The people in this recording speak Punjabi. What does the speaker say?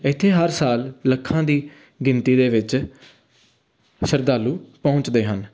ਇੱਥੇ ਹਰ ਸਾਲ ਲੱਖਾਂ ਦੀ ਗਿਣਤੀ ਦੇ ਵਿੱਚ ਸ਼ਰਧਾਲੂ ਪਹੁੰਚਦੇ ਹਨ